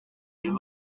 you